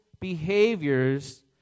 behaviors